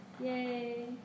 Yay